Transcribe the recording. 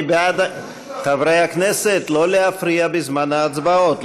חברי הכנסת, לא להפריע בזמן ההצבעות.